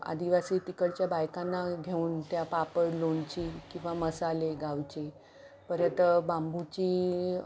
आदिवासी तिकडच्या बायकांना घेऊन त्या पापड लोणची किंवा मसाले गावचे परत बांबूची